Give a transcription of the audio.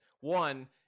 one